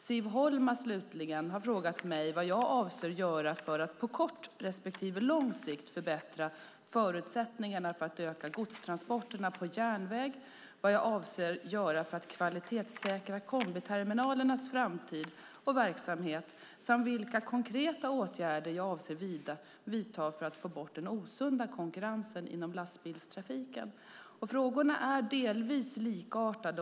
Siv Holma har frågat mig vad jag avser att göra för att på kort respektive lång sikt förbättra förutsättningarna för att öka godstransporterna på järnväg, vad jag avser att göra för att kvalitetssäkra kombiterminalernas framtid och verksamhet samt vilka konkreta åtgärder jag avser att vidta för att få bort den osunda konkurrensen inom lastbilstrafiken. Frågorna är delvis likartade.